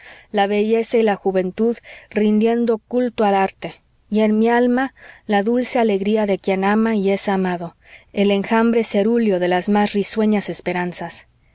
la belleza y la juventud rindiendo culto al arte y en mi alma la dulce alegría de quien ama y es amado el enjambre cerúleo de las más risueñas esperanzas